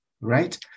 right